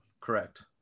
Correct